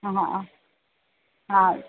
हा हा